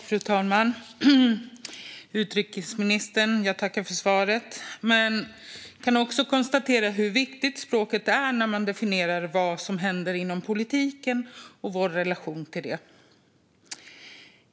Fru talman! Jag tackar utrikesministern för svaret. Jag konstaterar hur viktigt språket är när man definierar vad som händer inom politiken och vår relation till den.